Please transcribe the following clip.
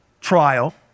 trial